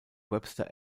webster